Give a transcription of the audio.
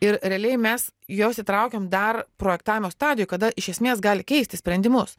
ir realiai mes juos įtraukiam dar projektavimo stadijoje kada iš esmės gali keisti sprendimus